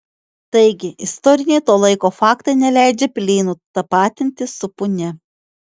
taigi istoriniai to laiko faktai neleidžia pilėnų tapatinti su punia